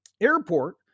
airport